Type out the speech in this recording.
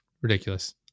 ridiculous